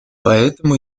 поэтому